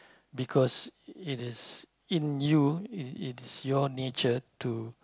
because it is in you it is your nature to